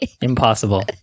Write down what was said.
Impossible